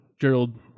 gerald